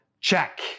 check